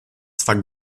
zwar